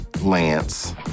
Lance